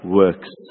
works